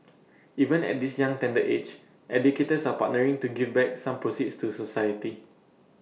even at this young tender age educators are partnering to give back some proceeds to society